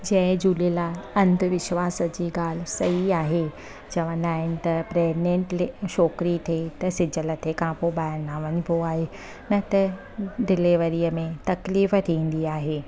जय झूलेलाल अंधविश्वास जी ॻाल्हि सही आहे चवंदा आहिनि त प्रेग्नेट ले छोकिरी थिए त सिजु लथे खां पोइ ॿाहिरि न वञिबो आहे न त डिलेवेरीअ में तकलीफ़ थींदी आहे